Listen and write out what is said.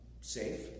safe